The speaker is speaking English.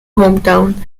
hometown